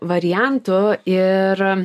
variantų ir